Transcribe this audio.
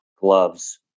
gloves